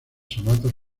sonatas